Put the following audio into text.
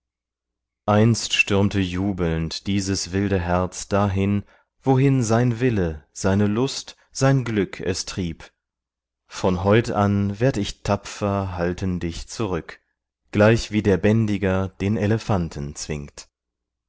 einst stürmte jubelnd dieses wilde herz dahin wohin sein wille seine lust sein glück es trieb von heut an werd ich tapfer halten dich zurück gleichwie der bändiger den elefanten zwingt